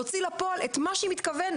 להוציא לפועל את מה שהיא מתכוונת.